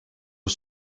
vos